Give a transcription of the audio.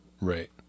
Right